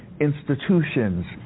institutions